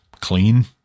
clean